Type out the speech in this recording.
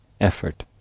effort